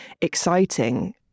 exciting